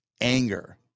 anger